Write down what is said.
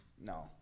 No